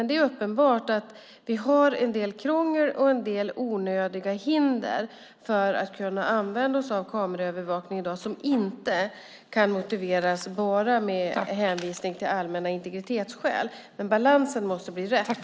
Det är uppenbart att vi har en del krångel och en del onödiga hinder för att använda oss av kameraövervakning i dag som inte kan motiveras enbart med hänvisning till allmänna integritetsskäl. Men balansen måste bli rätt.